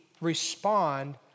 respond